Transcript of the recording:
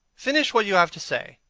finish what you have to say.